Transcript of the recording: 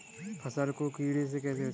फसल को कीड़े से कैसे बचाएँ?